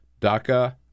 DACA